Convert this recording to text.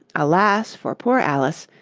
alas for poor alice!